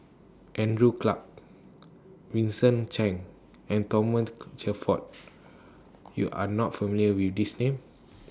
Andrew Clarke Vincent Cheng and Shelford YOU Are not familiar with These Names